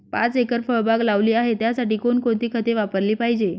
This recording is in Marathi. पाच एकर फळबाग लावली आहे, त्यासाठी कोणकोणती खते वापरली पाहिजे?